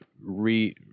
re